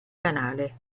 canale